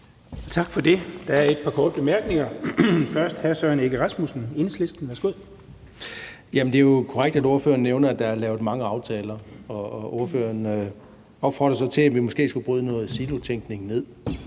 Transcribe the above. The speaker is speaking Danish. Tak for det. Der er et par korte bemærkninger. Først er det hr. Søren Egge Rasmussen, Enhedslisten. Værsgo. Kl. 11:45 Søren Egge Rasmussen (EL): Det er jo korrekt, som ordføreren nævner, at der er lavet mange aftaler. Ordføreren opfordrer så til, at vi måske skal bryde noget silotænkning ned,